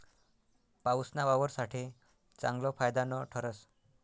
पाऊसना वावर साठे चांगलं फायदानं ठरस